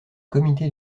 comité